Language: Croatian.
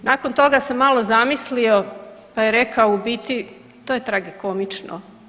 Nakon toga se malo zamislio pa je rekao u biti, to je tragikomično.